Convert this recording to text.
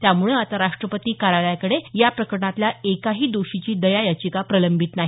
त्यामुळे आता राष्ट्रपती कार्यालयाकडे या प्रकरणातल्या एकाही दोषीची दया याचिका प्रलंबित नाही